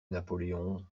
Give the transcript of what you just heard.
napoléon